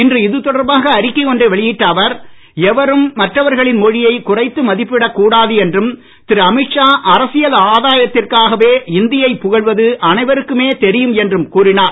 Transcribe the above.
இன்று இதுதொடர்பாக அறிக்கை ஒன்றை வெளியிட்ட அவர் எவரும் மற்றவர்களின் மொழியை குறைத்து மதிப்பிடக் கூடாது என்றும் திரு அமீத்ஷா அரசியல் ஆதாயத்திற்காகவே இந்தியை புகழ்வது அனைவருக்குமே தெரியும் என்றும் கூறினார்